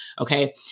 Okay